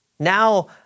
now